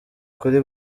kuri